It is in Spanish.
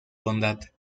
bondad